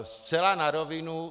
Zcela na rovinu.